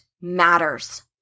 matters